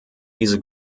diese